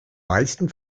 meisten